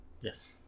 Yes